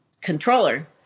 controller